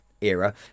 era